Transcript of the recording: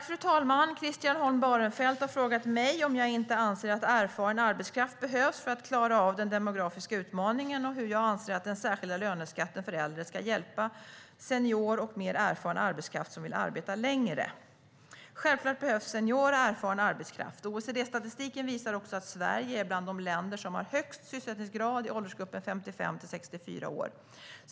Fru talman! Christian Holm Barenfeld har frågat mig om jag inte anser att erfaren arbetskraft behövs för att klara av den demografiska utmaningen och hur jag anser att den särskilda löneskatten för äldre ska hjälpa senior och mer erfaren arbetskraft som vill arbeta längre. Självklart behövs senior och erfaren arbetskraft. OECD-statistiken visar också att Sverige är bland de länder som har högst sysselsättningsgrad i åldersgruppen 55-64 år.